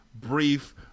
brief